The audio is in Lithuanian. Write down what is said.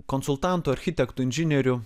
konsultantu architektu inžinieriu